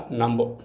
number